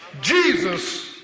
Jesus